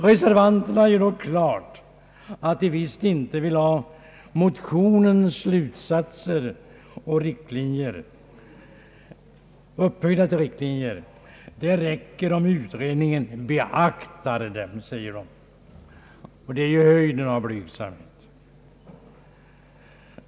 Reservanterna gör dock klart att de visst inte vill ha motionens slutsatser upphöjda till riktlinjer — det räcker om utredningen »beaktar» dem. Detta är höjden av blygsamhet.